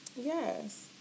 Yes